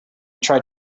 tried